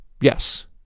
Yes